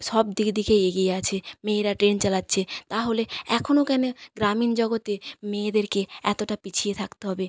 সব দিক দিকে এগিয়ে আছে মেয়েরা ট্রেন চালাচ্ছে তাহলে এখনো কেন গ্রামীণ জগতে মেয়েদেরকে এতটা পিছিয়ে থাকতে হবে